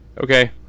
Okay